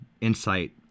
insight